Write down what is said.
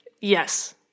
yes